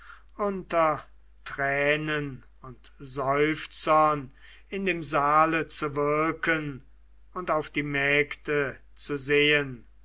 unter tränen und seufzern in dem saale zu wirken und auf die mägde zu sehen